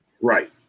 Right